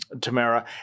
Tamara